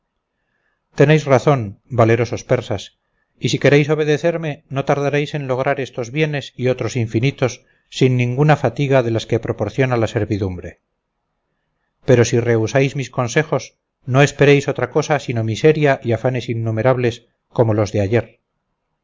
tenéis razón valerosos persas y si queréis obedecerme no tardaréis en lograr estos bienes y otros infinitos sin ninguna fatiga de las que proporciona la servidumbre pero si rehusáis mis consejos no esperéis otra cosa sino miseria y afanes innumerables como los de ayer